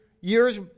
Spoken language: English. years